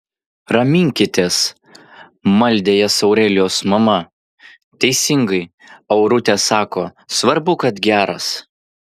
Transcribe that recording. raminkitės maldė jas aurelijos mama teisingai aurutė sako svarbu kad geras